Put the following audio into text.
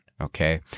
Okay